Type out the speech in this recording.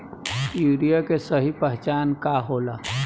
Urea के सही पहचान का होला?